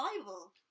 Bible